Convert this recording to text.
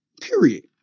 Period